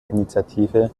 initiative